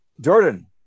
Jordan